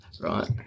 Right